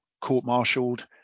court-martialed